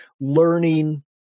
learning